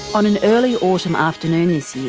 on an early autumn afternoon this